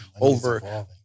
over